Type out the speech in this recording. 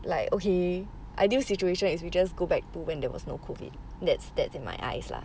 like okay ideal situation is we just go back to when there was no COVID that's that's in my eyes lah